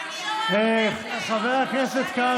חבריי חברי הכנסת,